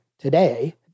today